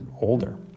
older